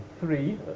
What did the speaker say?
three